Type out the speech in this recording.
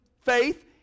faith